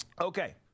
Okay